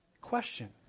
Question